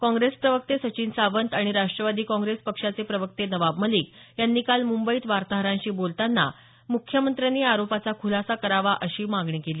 काँग्रेस प्रवक्ते सचिन सावंत आणि राष्टवादी काँग्रेस पक्षाचे प्रवक्ते नवाब मलिक यांनी काल मुंबईत वार्ताहरांशी बोलताना मुख्यमंत्र्यांनी या आरोपाचा खुलासा करावा अशी मागणी केली